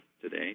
today